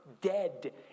dead